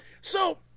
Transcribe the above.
So-